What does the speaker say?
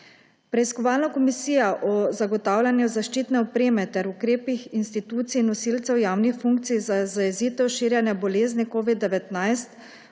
Preiskovalna komisija o zagotavljanju zaščitne opreme ter ukrepih institucij nosilcev javnih funkcij za zajezitev širjenja bolezni COVID-19